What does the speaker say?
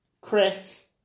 Chris